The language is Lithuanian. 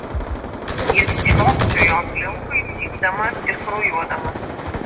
jis šokčiojo aplinkui cypdamas ir kraujuodamas